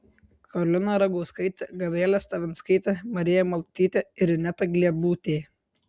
karolina ragauskaitė gabrielė stravinskaitė marija maldutytė ir ineta gliebutė